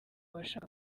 bashaka